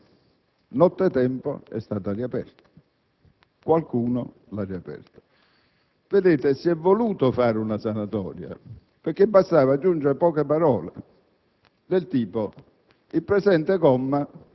Nella cabina di regia è stato detto un secco no; la maggioranza in Senato aveva detto con chiarezza che quella modifica non si doveva fare.